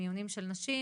בחדרי מיון של נשים